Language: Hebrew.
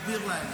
תסביר להם.